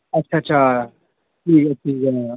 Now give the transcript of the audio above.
ਅੱਛਾ ਅੱਛਾ ਠੀਕ ਹੈ ਠੀਕ ਹੈ